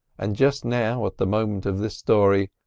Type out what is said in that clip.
and just now, at the moment of this story,